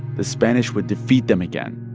the spanish would defeat them again.